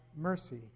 mercy